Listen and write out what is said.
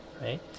right